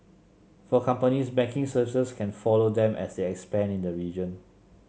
for companies banking services can follow them as they expand in the region